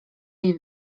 jej